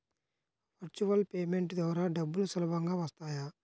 Virtual payment ద్వారా డబ్బులు సులభంగా వస్తాయా?